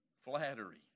Flattery